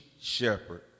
shepherd